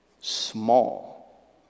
Small